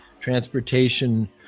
transportation